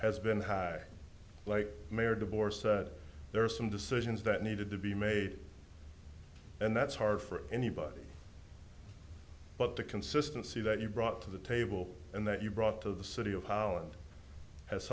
has been high like mayor de boer said there are some decisions that needed to be made and that's hard for anybody but the consistency that you brought to the table and that you brought to the city of holland has